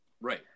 right